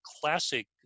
classic